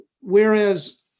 Whereas